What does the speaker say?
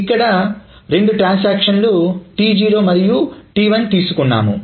ఇక్కడ రెండు లావాదేవీలు T0 మరియు T1 తీసుకున్నాము